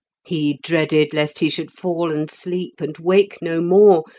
he dreaded lest he should fall and sleep, and wake no more,